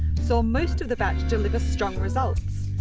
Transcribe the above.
saw most of the batch deliver strong results,